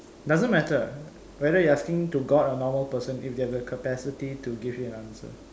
doesn't matter whether you're asking to God or normal person if they have the capacity to give you an answer